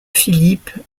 philippe